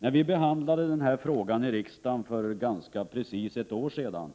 När vi behandlade denna fråga i riksdagen för ganska precis ett år sedan